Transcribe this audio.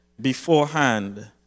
beforehand